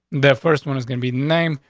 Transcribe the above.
their first one is gonna be name.